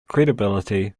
credibility